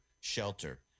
shelter